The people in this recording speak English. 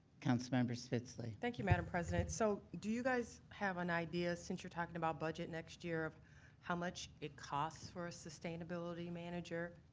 councilmember spitzley. thank you madam president. so, do you guys have an idea, since you're talking about budget next year, how much it costs for a sustainability manager?